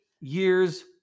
years